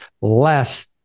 less